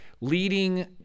Leading